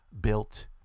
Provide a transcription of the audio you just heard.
built